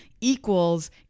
equals